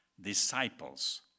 disciples